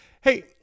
Hey